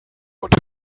und